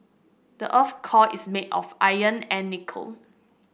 the earth core is made of iron and nickel